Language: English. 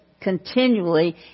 continually